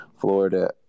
Florida